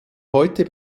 heute